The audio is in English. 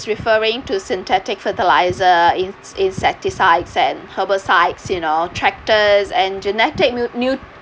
referring to synthetic fertilizer in~ insecticides and herbicides you know tractors and genetic